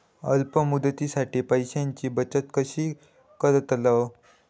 अल्प मुदतीसाठी पैशांची बचत कशी करतलव?